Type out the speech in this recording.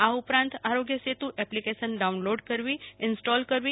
આ ઉપરાંત Aarogya Setu application download કરી ઈન્સ્ટોલ કરવી